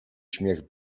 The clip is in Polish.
śmiech